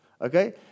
Okay